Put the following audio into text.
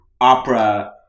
opera